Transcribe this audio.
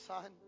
Son